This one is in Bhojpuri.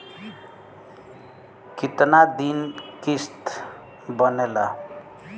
कितना दिन किस्त बनेला?